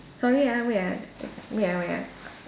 sorry ah wait ah wait ah wait ah